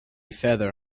feather